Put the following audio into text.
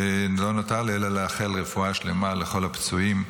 לא נותר לי אלא לאחל רפואה שלמה לכל הפצועים,